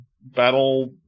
battle